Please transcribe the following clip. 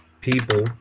people